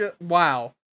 wow